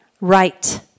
right